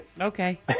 Okay